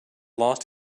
lost